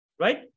right